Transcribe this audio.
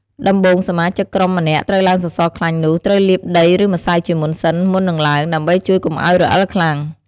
ដំបូងសមាជិកក្រុមម្នាក់ត្រូវឡើងសសរខ្លាញ់នោះត្រូវលាបដីឬម្សៅជាមុនសិនមុននឹងឡើង ដើម្បីជួយកុំអោយរអិលខ្លាំង។